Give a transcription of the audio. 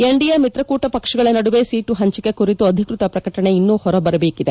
NDA ಮಿತ್ರಕೂಟ ಪಕ್ಷಗಳ ನಡುವೆ ಸೀಟು ಪಂಚಿಕೆ ಕುರಿತು ಅಧಿಕೃತ ಪ್ರಕಟಣೆ ಇನ್ನೂ ಹೊರಬರಬೇಕಿದೆ